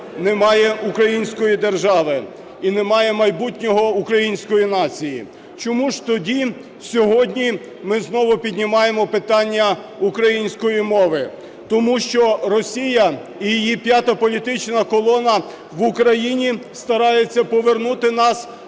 немає української держави і немає майбутнього української нації. Чому ж тоді сьогодні ми знову піднімаємо питання української мови? Тому що Росія і її п'ята політична колона в Україні старається повернути нас